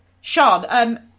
Sean